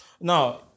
Now